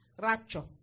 rapture